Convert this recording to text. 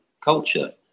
culture